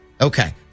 Okay